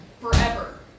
forever